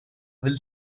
will